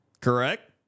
Correct